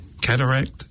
cataract